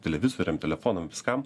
televizoriam telefonam viskam